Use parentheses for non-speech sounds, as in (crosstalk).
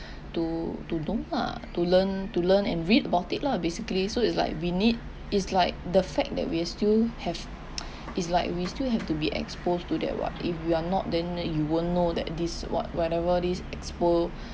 to to do lah to learn to learn and read about it lah basically so it's like we need is like the fact that we're still have (noise) it's like we still have to be exposed to that what if we are not then then you won't know that this what whatever this expo~